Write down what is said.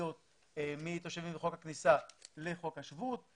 מתושבים לחוק הכניסה לתושבים לחוק השבות,